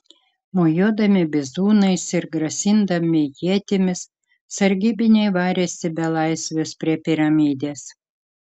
mojuodami bizūnais ir grasindami ietimis sargybiniai varėsi belaisvius prie piramidės